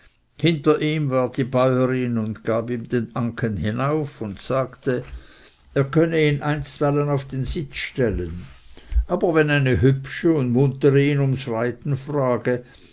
hinter ihm war die bäurin und gab ihm den anken hinauf und sagte er könne ihn einstweilen auf den sitz stellen aber wenn eine hübsche und muntere ihn ums reiten frage